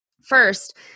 First